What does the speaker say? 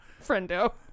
Friendo